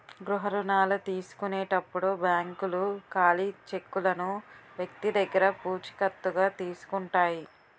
గృహ రుణాల తీసుకునేటప్పుడు బ్యాంకులు ఖాళీ చెక్కులను వ్యక్తి దగ్గర పూచికత్తుగా తీసుకుంటాయి